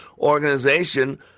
organization